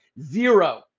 zero